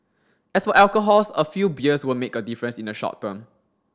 as for alcohols a few beers won't make a difference in the short term